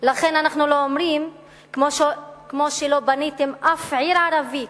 ולכן אנחנו לא אומרים: כמו שלא בניתם אף עיר ערבית